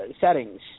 settings